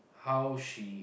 how she